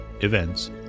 events